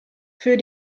für